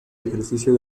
ejercicio